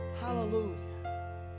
Hallelujah